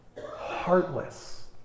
Heartless